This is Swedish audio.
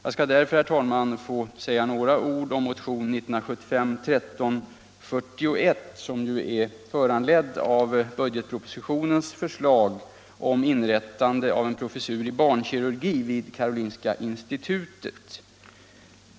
Jag skall därför, herr talman, övergå till att säga några ord om motion 1341, som föranletts av budgetpropositionens förslag om inrättande av en professur i barnkirurgi vid Karolinska institutet.